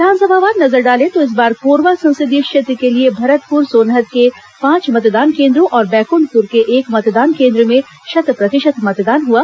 विधानसभावार नजर डाले तो इस बार कोरबा संसदीय क्षेत्र के लिए भरतपुर सोनहत के पांच मतदान केन्द्रों और बैकुंठपुर के एक मतदान केन्द्र में शत प्रतिशत मतदान हुआ